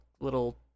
little